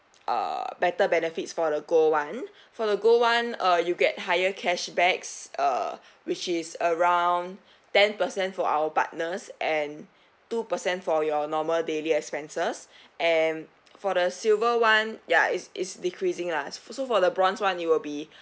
uh better benefits for the gold [one] for the gold [one] uh you get higher cashbacks uh which is around ten percent for our partners and two percent for your normal daily expenses and for the silver [one] ya is is decreasing lah s~ so for the bronze [one] it will be